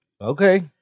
Okay